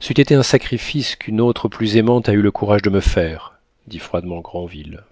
c'eût été un sacrifice qu'une autre plus aimante a eu le courage de me faire dit froidement granville